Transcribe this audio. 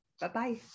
Bye-bye